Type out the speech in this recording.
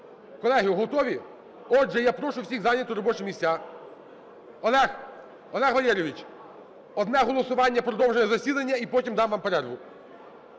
Колеги, готові? Отже, я прошу всіх зайняти робочі місця. Олег, Олег Валерійович, одне голосування – продовження засідання і потім дам вам перерву.